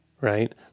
Right